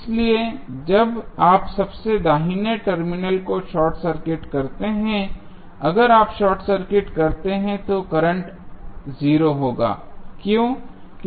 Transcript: इसलिए जब आप सबसे दाहिने टर्मिनल को शॉर्ट सर्किट करते हैं अगर आप शॉर्ट सर्किट करते हैं तो करंट 0 होगा क्यों